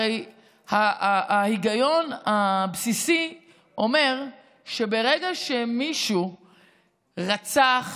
הרי ההיגיון הבסיסי אומר שברגע שמישהו רצח,